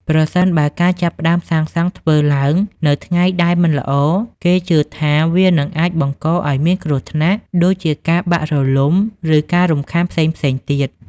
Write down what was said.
ប្រសិនបើការចាប់ផ្តើមសាងសង់ធ្វើឡើងនៅថ្ងៃដែលមិនល្អ គេជឿថាវានឹងអាចបង្កឲ្យមានគ្រោះថ្នាក់ ដូចជាការបាក់រលំឬការរំខានផ្សេងៗទៀត។